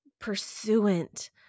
pursuant